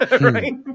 right